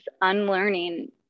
unlearning